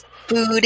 food